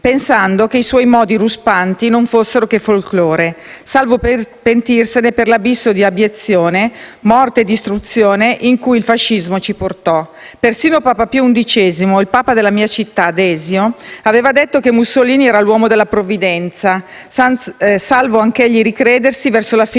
pensando che i suoi modi ruspanti non fossero che folklore, salvo pentirsene per l'abisso di abiezione, morte e distruzione in cui il fascismo ci portò. Persino Papa Pio XI - il Papa della mia città, Desio - aveva detto che Mussolini era l'uomo della Provvidenza, salvo anch'egli ricredersi verso la fine